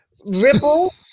ripple